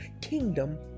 kingdom